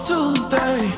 Tuesday